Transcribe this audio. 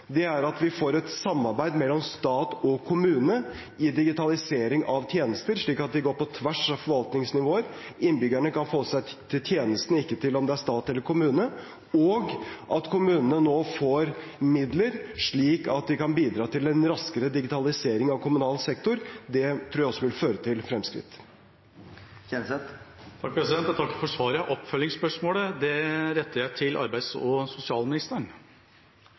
er at vi får et samarbeid mellom stat og kommune i digitalisering av tjenester, slik at vi går på tvers av fovaltningsnivåer – innbyggerne kan forholde seg til tjenesten og ikke til om det er stat eller kommune – og at kommunene nå får midler så de kan bidra til en raskere digitalisering av kommunal sektor. Det tror jeg også vil føre til fremskritt. Jeg takker for svaret. Oppfølgingsspørsmålet retter jeg til arbeids- og sosialministeren.